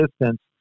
distance